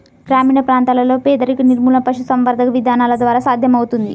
గ్రామీణ ప్రాంతాలలో పేదరిక నిర్మూలన పశుసంవర్ధక విధానాల ద్వారా సాధ్యమవుతుంది